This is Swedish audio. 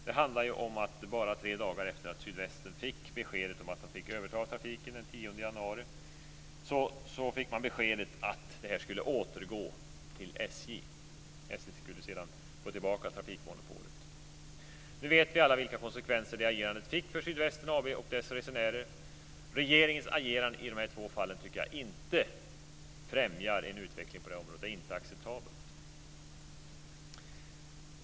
Det handlade ju om att Sydvästen bara tre dagar efter det att man fick besked om att man fick överta trafiken den 10 januari fick reda på att det här skulle återgå till SJ. SJ skulle sedan få tillbaka trafikmonopolet. Nu vet vi alla vilka konsekvenser det agerandet fick för Sydvästen AB och dess resenärer. Regeringens agerande i de här två fallen tycker jag inte främjar en utveckling på det här området. Det är inte acceptabelt.